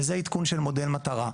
זה עדכון של מודל מטרה.